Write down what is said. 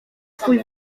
swój